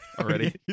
already